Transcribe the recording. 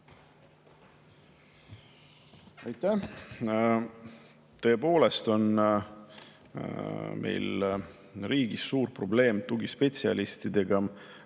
Aitäh! Tõepoolest on meil riigis suur probleem tugispetsialistidega.